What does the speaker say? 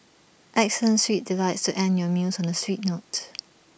excellent sweet delights to end your meals on A sweet note